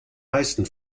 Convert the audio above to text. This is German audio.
meisten